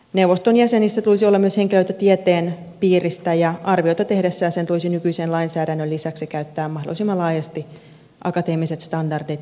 neuvoston jäsenissä tulisi olla myös henkilöitä tieteen piiristä ja arvioita tehdessään sen tulisi nykyisen lainsäädännön lisäksi käyttää mahdollisimman laajasti akateemiset standardit täyttävää tutkimustietoa